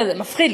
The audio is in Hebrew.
מפחיד,